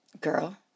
Girl